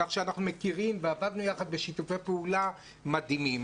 כך שאנחנו מכירים ועבדנו יחד בשיתופי פעולה מדהימים,